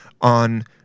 on –